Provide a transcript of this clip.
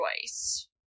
choice